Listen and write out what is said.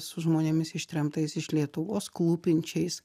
su žmonėmis ištremtais iš lietuvos klūpinčiais